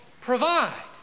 provide